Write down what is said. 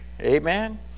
amen